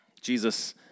Jesus